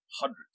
hundreds